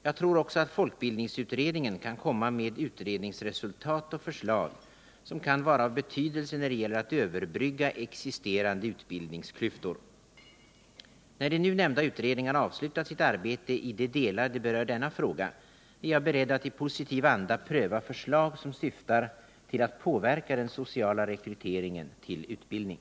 Jag tror också att folkbildningsutredningen kan komma med utredningsresultat och förslag som kan vara av betydelse när det gäller att överbrygga existerande utbildningsklyftor. När de nu nämnda utredningarna avslutat sitt arbete i de delar det berör denna fråga är jag beredd att i positiv anda pröva förslag som syftar till att påverka den sociala rekryteringen till utbildning.